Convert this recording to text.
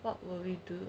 what will we do